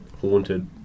Haunted